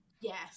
Yes